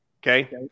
Okay